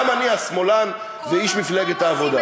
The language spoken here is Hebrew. גם אני השמאלן ואיש מפלגת העבודה.